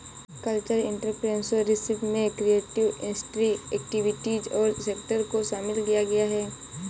cultural entrepreneurship में creative industry activities और sector को शामिल किया गया है